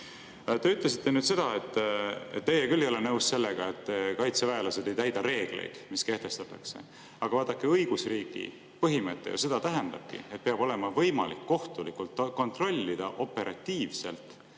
Te ütlesite, et teie küll ei ole nõus sellega, et kaitseväelased ei täida reegleid, mis kehtestatakse. Aga vaadake, õigusriigi põhimõte seda tähendabki, et peab olema võimalik kohtulikult kontrollida operatiivselt,